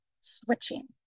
switching